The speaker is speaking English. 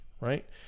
right